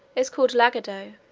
is called lagado.